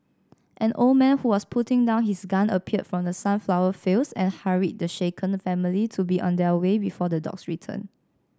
an old man who was putting down his gun appeared from the sunflower fields and hurried the shaken family to be on their way before the dogs return